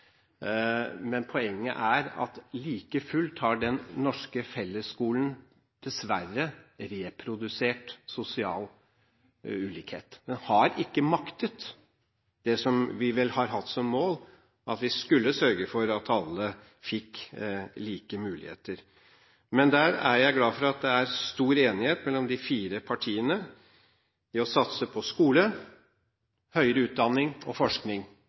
men det må også være et tankekors og et poeng at den norske fellesskolen like fullt dessverre har reprodusert sosial ulikhet. Den har ikke maktet det som vi vel har hatt som mål: at vi skulle sørge for at alle fikk like muligheter. Jeg er glad for at det er stor enighet mellom de fire partiene om å satse på skole, høyere utdanning, forskning og